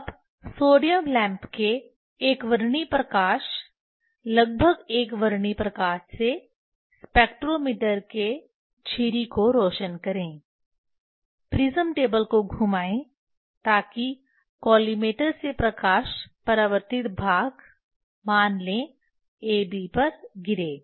अब sodium lamp के एकवर्णी प्रकाश लगभग एकवर्णी प्रकाश से स्पेक्ट्रोमीटर के झिरी को रोशन करें प्रिज्म टेबल को घुमाएं ताकि कॉलिमेटर से प्रकाश परावर्तित भाग मान ले AB पर गिरे